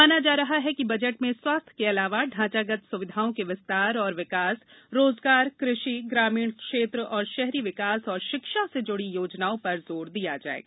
माना जा रहा है कि बजट में स्वास्थ्य के अलावा ढांचागत सुविधाओं के विस्तार और विकास रोजगार कृषि ग्रामीण क्षेत्र एवं शहरी विकास और शिक्षा से जुड़ी योजनाओं पर जोर दिया जाएगा